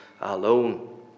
alone